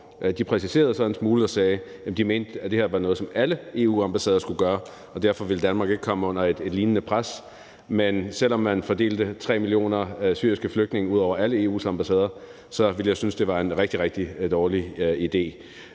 de præciserede det så en smule og sagde, at de mente, at det her var noget, som alle EU-ambassader skulle gøre, og derfor ville Danmark ikke komme under et lignende pres. Men selv om man fordelte 3 millioner syriske flygtninge ud over alle EU's ambassader, ville jeg synes, det var en rigtig, rigtig dårlig idé.